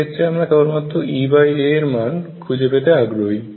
এক্ষেত্রে আমরা কেবল মাত্র EA এরমান খুঁজে পেতে আগ্রহী